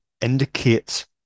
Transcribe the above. indicate